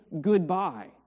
goodbye